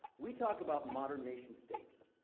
we talk about modern nation states.